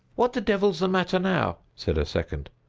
what the devil's the matter now! said a second.